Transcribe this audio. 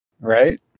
Right